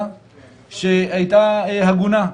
המגזר הכפרי איננו גבוה --- סליחה,